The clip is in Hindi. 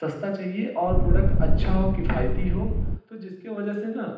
सस्ता चाहिए और प्रोडक्ट अच्छा हो किफ़ायती हो तो जिसके वजह से न